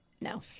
no